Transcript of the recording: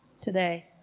today